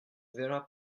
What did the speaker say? vera